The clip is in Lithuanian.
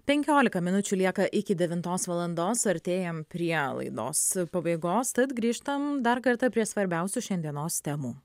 penkiolika minučių lieka iki devintos valandos artėjam prie laidos pabaigos tad grįžtam dar kartą prie svarbiausių šiandienos temų